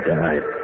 died